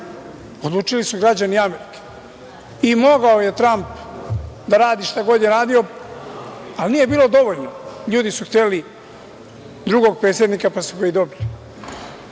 odlučili su građani Amerike. I mogao je Tramp da radi štagod je radio, ali nije bilo dovoljno. Ljudi su hteli drugog predsednika, pa su ga i dobili.